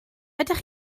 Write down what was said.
ydych